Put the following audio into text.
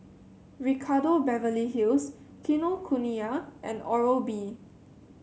Ricardo Beverly Hills Kinokuniya and Oral B